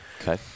Okay